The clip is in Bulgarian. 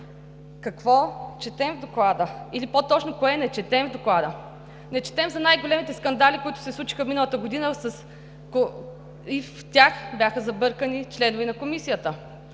Какво четем в Доклада? Или по-точно кое не четем в Доклада? Не четем за най-големите скандали, които се случиха миналата година и в тях бяха забъркани членове на Комисията.